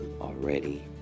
already